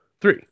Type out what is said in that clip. Three